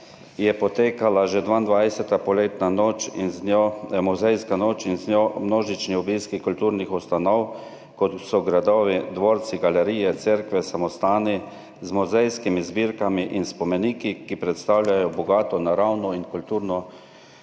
je potekala že 22. poletna muzejska noč in z njo množični obiski kulturnih ustanov, kot so gradovi, dvorci, galerije, cerkve, samostani z muzejskimi zbirkami in spomeniki, ki predstavljajo bogato naravno in kulturno